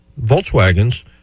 Volkswagens